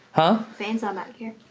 huh? fan's on back here.